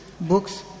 books